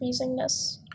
freezingness